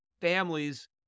families